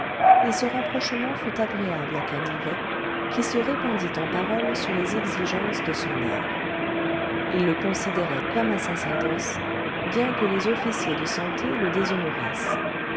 et ce rapprochement fut agréable à canivet qui se répandit en paroles sur les exigences de son art il le considérait comme un sacerdoce bien que les officiers de santé le déshonorassent